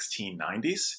1690s